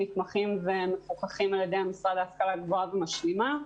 נתמכים ומפוקחים על ידי המשרד להשכלה גבוהה ומשלימה.